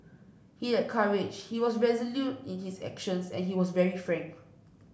he had courage he was resolute in his actions and he was very frank